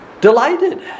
delighted